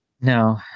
No